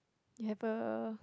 you have a